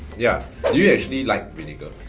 yeah do you actually like vinegar?